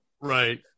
right